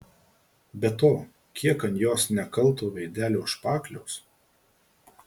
be to kiek ant jos nekalto veidelio špakliaus